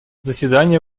заседания